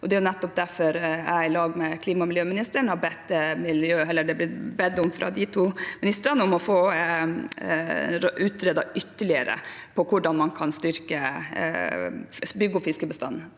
nettopp derfor jeg i lag med klima- og miljøministeren har bedt om å få utredet ytterligere hvordan man kan bygge opp fiskebestanden